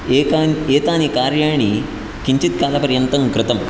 एतान् एतानि कार्याणि किञ्चित्कालपर्यन्तं कृतम्